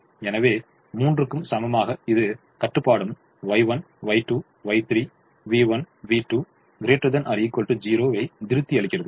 எனவே 3 க்கு சமமாக இந்த கட்டுப்பாடும் Y1 Y2 Y3 v1 v2 ≥ 0 திருப்தி அளிக்கிறது